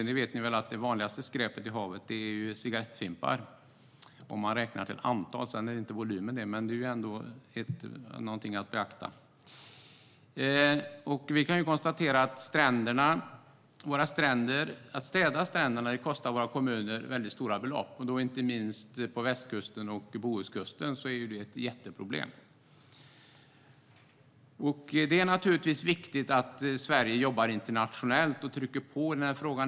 Ni vet väl att det vanligaste skräpet i havet är cigarettfimpar, om man ser till antal, inte till volym, men det är ändå något att beakta. Att städa stränderna kostar våra kommuner stora belopp. Inte minst på västkusten och Bohuskusten är det ett jätteproblem. Det är naturligtvis viktigt att Sverige jobbar internationellt och trycker på i den här frågan.